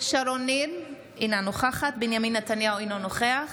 שרון ניר, אינה נוכחת בנימין נתניהו, אינו נוכח